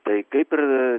tai kaip ir